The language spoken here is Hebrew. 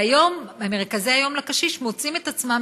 והיום מרכזי היום לקשיש מוצאים את עצמם